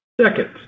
Second